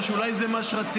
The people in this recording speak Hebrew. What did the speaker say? או שאולי זה מה שרצית,